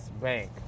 bank